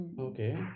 Okay